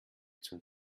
zum